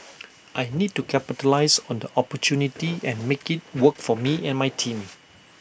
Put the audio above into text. I need to capitalise on the opportunity and make IT work for me and my team